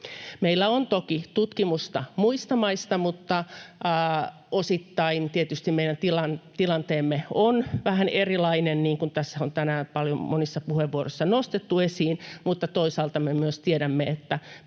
Meillä on toki tutkimusta muista maista, mutta osittain tietysti meidän tilanteemme on vähän erilainen, niin kuin tässä on tänään monissa puheenvuorossa nostettu esiin, mutta toisaalta me myös tiedämme, että